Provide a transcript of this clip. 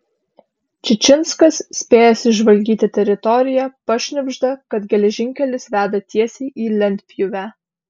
čičinskas spėjęs išžvalgyti teritoriją pašnibžda kad geležinkelis veda tiesiai į lentpjūvę